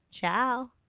Ciao